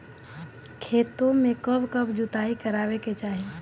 खेतो में कब कब जुताई करावे के चाहि?